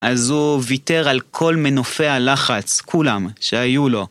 אז הוא ויתר על כל מנופי הלחץ, כולם, שהיו לו.